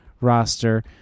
roster